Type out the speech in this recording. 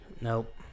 Nope